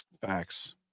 facts